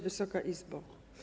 Wysoka Izbo!